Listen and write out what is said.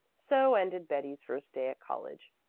so ended betty's first day at college.